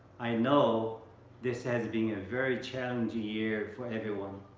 i know this has been a very challenging year for everyone,